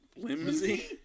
Flimsy